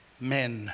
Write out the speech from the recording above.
men